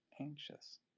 anxious